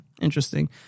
Interesting